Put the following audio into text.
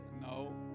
No